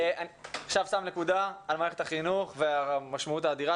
אני עכשיו שם נקודה על מערכת החינוך והמשמעות האדירה